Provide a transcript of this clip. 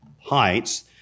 heights